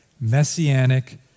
messianic